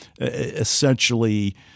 essentially